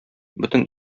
бөтен